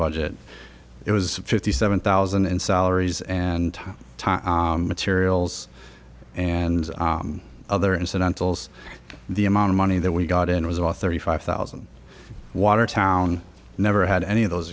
budget it was fifty seven thousand in salaries and materials and other incidentals the amount of money that we got in it was about thirty five thousand watertown never had any of those